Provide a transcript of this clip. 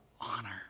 honor